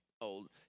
old